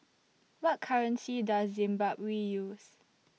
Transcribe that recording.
What currency Does Zimbabwe use